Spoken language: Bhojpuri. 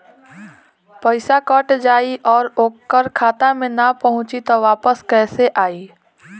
पईसा कट जाई और ओकर खाता मे ना पहुंची त वापस कैसे आई?